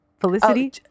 Felicity